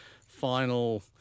final